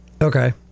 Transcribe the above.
Okay